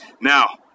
now